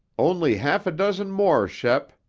only half a dozen more, shep,